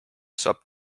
saab